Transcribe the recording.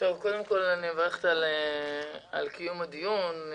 אני מברכת על קיום הדיון.